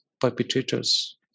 perpetrators